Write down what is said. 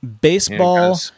Baseball